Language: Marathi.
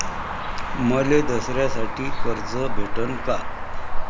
मले दसऱ्यासाठी कर्ज भेटन का?